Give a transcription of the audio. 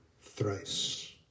thrice